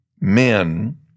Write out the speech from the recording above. men